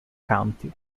county